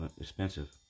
expensive